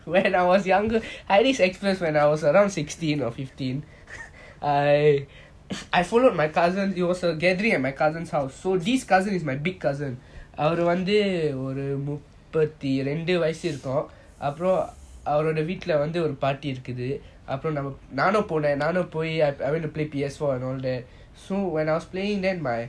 when I was younger I experience when I was around sixteen or fifteen I I followed my cousin it was a gathering at my cousin's place so this cousin is my big cousin அவரு வந்து ஒரு முப்பத்தி ரெண்டு வயசு இருக்கும் அப்புறம் அவரோட வீட்டுல ஒரு:avaru vanthu oru mopathi rendu vayasu irukum apram aavaroda veetula oru party இருக்குது அப்புறம் நானும் பொன்னன் நானும் பொய்:irukuthu apram naanum ponnan naanum poi I went to play P_S four and all that so when I was playing then my